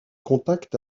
contact